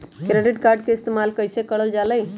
Credit card के इस्तेमाल कईसे करल जा लई?